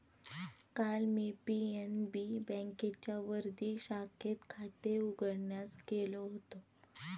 काल मी पी.एन.बी बँकेच्या वर्धा शाखेत खाते उघडण्यास गेलो होतो